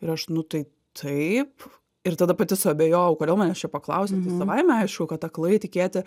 ir aš nu tai taip ir tada pati suabejojau kodėl manęs čia paklausė tai savaime aišku kad aklai tikėti